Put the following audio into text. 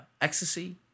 Ecstasy